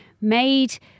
made